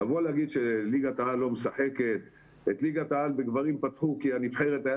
את ליגת העל לגברים פתחו כי לנבחרת היו